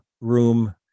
room